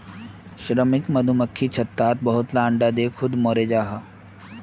श्रमिक मधुमक्खी छत्तात बहुत ला अंडा दें खुद मोरे जहा